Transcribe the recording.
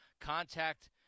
Contact